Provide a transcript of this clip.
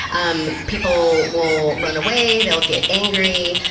um people will run away, they'll get angry,